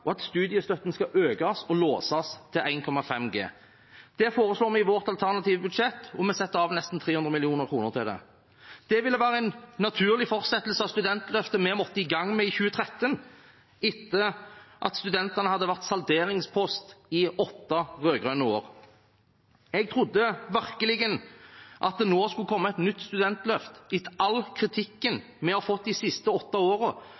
og at studiestøtten skal økes og låses til 1,5G. Det foreslår vi i vårt alternative budsjett, og vi setter av nesten 300 mill. kr til det. Det ville vært en naturlig fortsettelse av studentløftet vi måtte i gang med i 2013, etter at studentene hadde vært en salderingspost i åtte rød-grønne år. Jeg trodde virkelig at det nå skulle komme et nytt studentløft etter all kritikken vi har fått de siste åtte